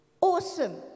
awesome